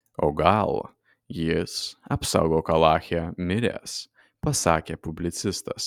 o gal jis apsaugok alache miręs pasakė publicistas